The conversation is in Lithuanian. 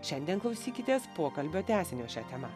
šiandien klausykitės pokalbio tęsinio šia tema